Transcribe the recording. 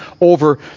over